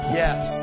yes